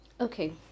Okay